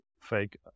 fake